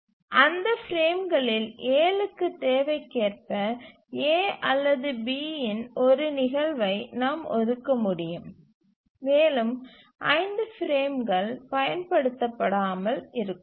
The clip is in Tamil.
அந்த பிரேம்களில் 7 க்கு தேவைக்கேற்ப A அல்லது B இன் ஒரு நிகழ்வை நாம் ஒதுக்க முடியும் மேலும் 5 பிரேம்கள் பயன்படுத்தப்படாமல் இருக்கும்